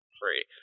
free